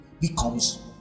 becomes